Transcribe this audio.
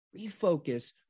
refocus